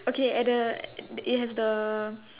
okay at the it has the